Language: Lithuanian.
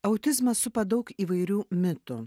autizmas supa daug įvairių mitų